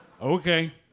Okay